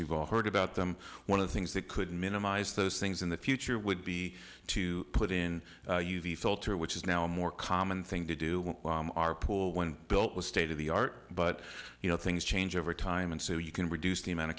you've all heard about them one of the things that could minimize those things in the future would be to put in u v filter which is now a more common thing to do when our pool when built was state of the art but you know things change over time and so you can reduce the amount of